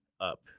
up